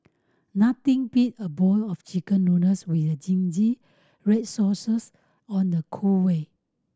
nothing beat a bowl of Chicken Noodles with zingy red sauces on a cold way